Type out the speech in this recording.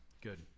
Good